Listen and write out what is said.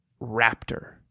raptor